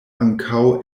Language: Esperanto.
ankaŭ